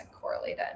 correlated